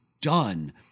done